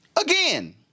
Again